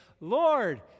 Lord